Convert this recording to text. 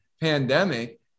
pandemic